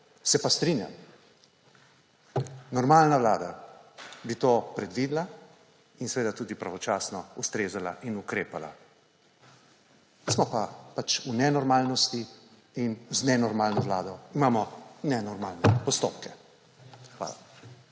Se pa strinjam, normalna vlada bi to predvidela in seveda tudi pravočasno ustrezno ukrepala. Smo pa pač v nenormalnosti in z nenormalno vlado, imamo nenormalne postopke. Hvala.